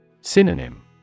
Synonym